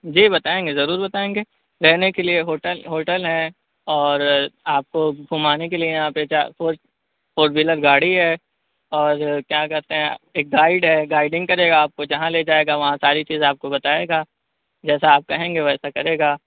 جی بتائیں گے ضرور بتائیں گے رہنے کے لیے ہوٹل ہوٹل ہیں اور آپ کو گھمانے کے لیے یہاں پہ چار فور وہیلر گاڑی ہے اور کیا کہتے ہیں ایک گائڈ ہے گائیڈنگ کرے گا آپ کو جہاں لے جائے گا وہاں ساری چیزیں آپ کو بتائے گا جیسا آپ کہیں گے ویسا کرے گا